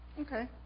Okay